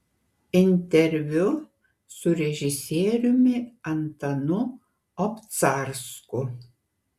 interviu su režisieriumi antanu obcarsku